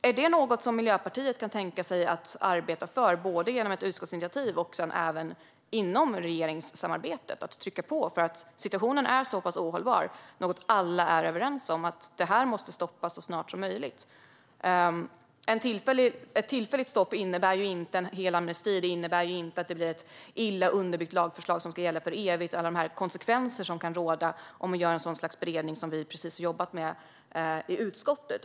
Är det något som Miljöpartiet kan tänka sig att arbeta för med hjälp av ett utskottsinitiativ och även inom regeringssamarbetet? Situationen är så pass ohållbar. Alla är överens om att den måste stoppas så snart som möjligt. Ett tillfälligt stopp innebär inte en hel amnesti eller att det blir fråga om ett illa underbyggt lagförslag som ska gälla för evigt, det vill säga alla de konsekvenser som kan råda om det blir en sådan beredning som utskottet precis har jobbat med.